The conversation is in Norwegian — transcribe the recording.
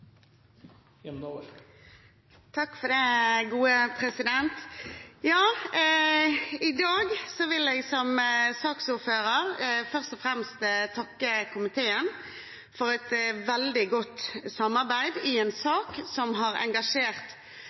I dag vil jeg, som saksordfører, først og fremst takke komiteen for et veldig godt samarbeid i en sak som har engasjert